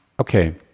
Okay